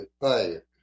fire